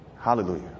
Hallelujah